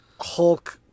Hulk